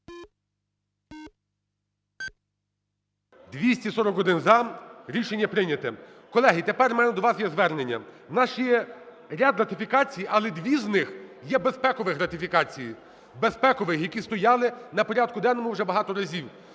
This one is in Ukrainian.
За-241 Рішення прийнято. Колеги, тепер в мене до вас є звернення. В нас ще є ряд ратифікацій, але дві з них є безпекових ратифікації, безпекових, які стояли на порядку денному вже багато разів.